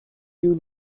you